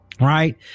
Right